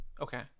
Okay